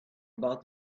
about